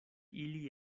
ili